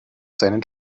seinen